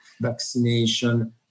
vaccination